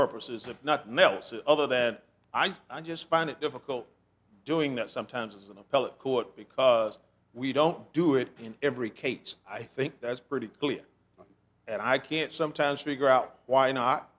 purposes if not nelson other than i just find it difficult doing that sometimes as an appellate court because we don't do it in every case i think that's pretty clear and i can't sometimes figure out why not